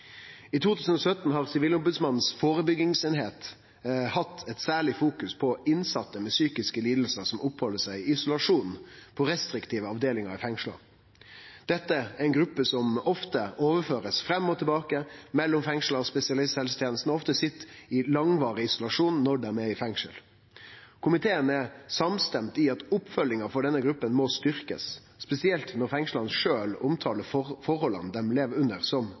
I 2017 har førebyggingseininga hos Sivilombodsmannen fokusert særleg på innsette med psykiske lidingar som oppheld seg i isolasjon på restriktive avdelingar i fengsel. Dette er ei gruppe som ofte blir send fram og tilbake mellom fengselet og spesialisthelsetenesta, og som ofte sit i langvarig isolasjon når dei er i fengsel. Komiteen er samstemd i at oppfølginga for denne gruppa må styrkast, spesielt når fengsla sjølve omtaler forholda dei lever under, som